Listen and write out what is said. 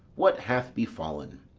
what hath befall'n?